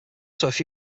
also